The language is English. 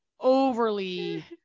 overly